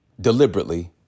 deliberately